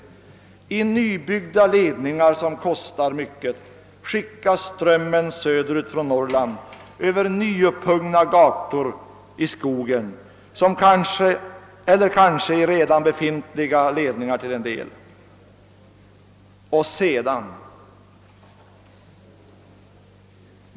I nybyggda ledningar, som kostar mycket pengar, skickas strömmen från Norrland söderut, över nyupphuggna »gator» i skogen eller till en del kanske i redan befintliga ledningar. Och sedan?